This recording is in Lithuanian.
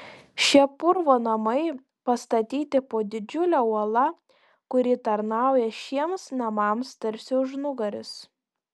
šie purvo namai pastatyti po didžiule uola kuri tarnauja šiems namams tarsi užnugaris